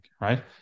right